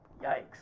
Yikes